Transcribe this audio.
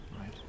Right